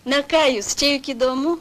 na ką jūs čia juk įdomu